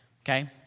okay